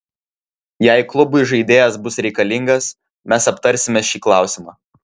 jei klubui žaidėjas bus reikalingas mes aptarsime šį klausimą